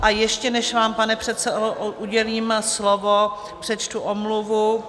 A ještě než vám, pane předsedo, udělím slovo, přečtu omluvu.